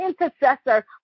intercessor